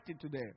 today